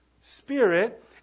Spirit